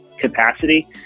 capacity